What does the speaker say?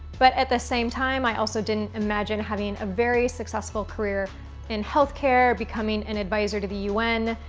but, at the same time, i also didn't imagine having a very successful career in healthcare, becoming an advisor to the un,